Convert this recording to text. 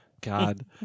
God